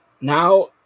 Now